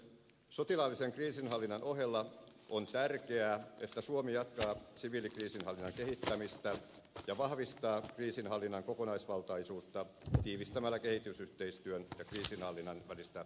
sotilaallisen kriisinhallinnan ohella on tärkeää että suomi jatkaa siviilikriisinhallinnan kehittämistä ja vahvistaa kriisinhallinnan kokonaisvaltaisuutta tiivistämällä kehitysyhteistyön ja kriisinhallinnan välistä yhteistyötä